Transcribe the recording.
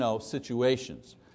situations